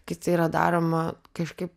kai tai yra daroma kažkaip